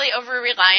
over-reliant